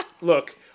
Look